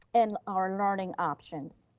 and our learning options.